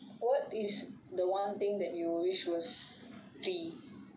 what is the one thing that you wish was free